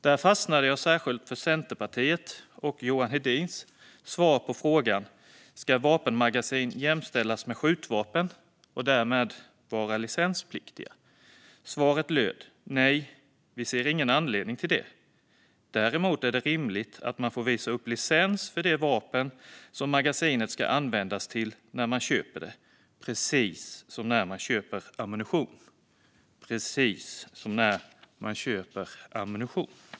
Där fastnade jag särskilt för Centerpartiets och Johan Hedins svar på frågan: Ska vapenmagasin jämställas med skjutvapen och därmed vara licenspliktiga? Svaret löd: Nej, vi ser ingen anledning till det. Däremot är det rimligt att man får visa upp licens för det vapen som magasinet ska användas till när man köper det, precis som när man köper ammunition.